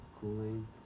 cooling